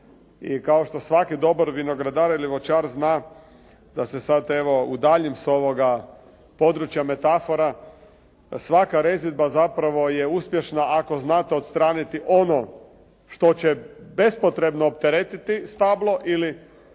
kao što svaki dobar vinogradar ili voćar zna da se sada evo udaljim sa ovoga područja metafora, svaka rezidba zapravo je uspješna ako znate odstraniti ono što će bespotrebno opteretiti stablo ili